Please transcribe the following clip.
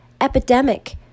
epidemic